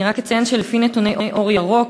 אני רק אציין שלפי נתוני "אור ירוק",